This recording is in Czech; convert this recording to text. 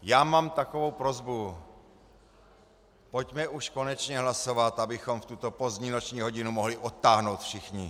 Já mám takovou prosbu: Pojďme už konečně hlasovat, abychom v tuto pozdní noční hodinu mohli odtáhnout všichni!